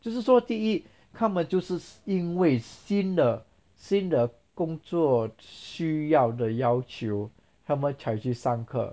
就是说第一他们就是因为新的新的工作需要的要求他们才去上课